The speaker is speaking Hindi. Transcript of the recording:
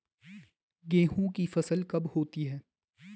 गेहूँ की फसल कब होती है?